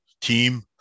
team